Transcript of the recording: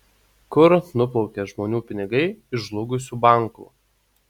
kur nuplaukė žmonių pinigai iš žlugusių bankų